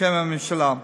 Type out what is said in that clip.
בשם הממשלה.